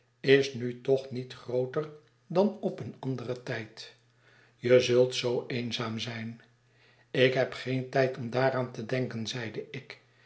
u isnu toch niet grooter dan op een anderen tijd je zult zoo eenzaam zijn ik heb geen tijd om daaraan te denken zeide ik